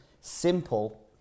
simple